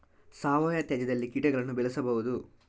ಸಾವಯವ ತ್ಯಾಜ್ಯದಲ್ಲಿ ಕೀಟಗಳನ್ನು ಬೆಳೆಸಬಹುದು